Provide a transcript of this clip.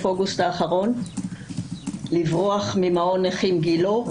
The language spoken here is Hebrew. אוגוסט האחרון לברוח ממעון נכים גילה.